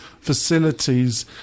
facilities